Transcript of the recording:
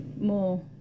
more